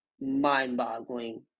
mind-boggling